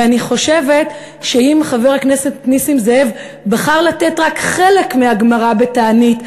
ואני חושבת שאם חבר הכנסת נסים זאב בחר לתת רק חלק מהגמרא בתענית,